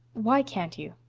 why can't you?